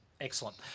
Excellent